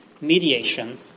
mediation